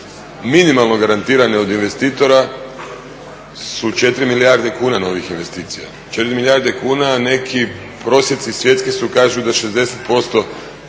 minimalno garantirane od investitora su 4 milijarde kuna novih investicija. 4 milijarde kuna a neki prosjeci svjetski isto kažu da 60%